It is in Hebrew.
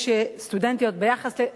יש סטודנטיות ביחס, בוודאי.